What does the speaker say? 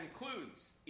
includes